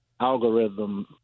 algorithm